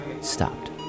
stopped